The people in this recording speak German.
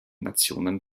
nationen